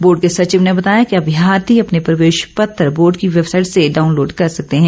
board के सचिव ने बताया कि अभ्यार्थी अपने प्रवेश पत्र बोर्ड की वैबसाईट से डाउनलोड कर सकते हैं